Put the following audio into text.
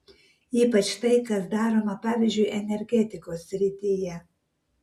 ypač tai kas daroma pavyzdžiui energetikos srityje